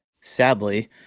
sadly